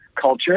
culture